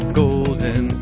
golden